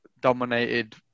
dominated